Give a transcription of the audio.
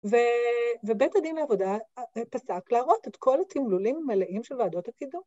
ובית הדין לעבודה פסק להראות את כל התמלולים המלאים של וועדות עתידו.